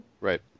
right